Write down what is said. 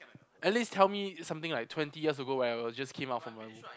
at least tell me something like twenty years ago when I was just came out from my